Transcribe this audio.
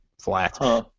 flat